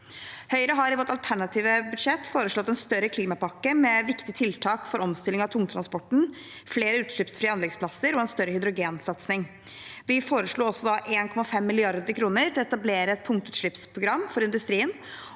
Høyre har i vårt alternative budsjett foreslått en større klimapakke, med viktige tiltak for omstilling av tungtransporten, flere utslippsfrie anleggsplasser og en større hydrogensatsing. Vi foreslo også 1,5 mrd. kr til å etablere et punktutslippsprogram for industrien,